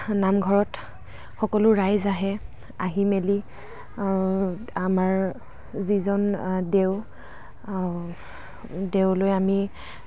নামঘৰত সকলো ৰাইজ আহে আহি মেলি আমাৰ যিজন দেও দেওলৈ আমি